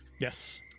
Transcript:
Yes